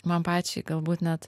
man pačiai galbūt net